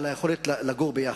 אלא על היכולת לגור יחד.